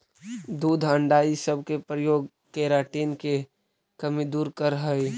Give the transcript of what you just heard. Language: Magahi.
दूध अण्डा इ सब के प्रयोग केराटिन के कमी दूर करऽ हई